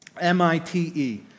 M-I-T-E